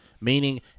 meaning